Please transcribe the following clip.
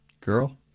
Girl